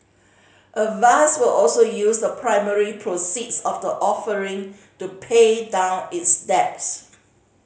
avast will also use the primary proceeds of the offering to pay down its debts